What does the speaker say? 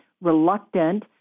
reluctant